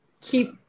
keep